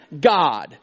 God